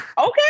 Okay